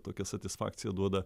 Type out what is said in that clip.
tokią satisfakciją duoda